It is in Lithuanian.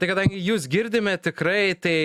tai kadangi jus girdime tikrai tai